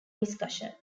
discussion